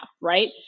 right